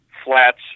Flats